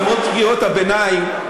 למרות קריאות הביניים.